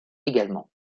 également